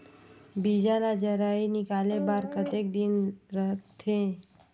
बीजा ला जराई निकाले बार कतेक दिन रखथे?